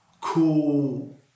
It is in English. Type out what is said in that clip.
cool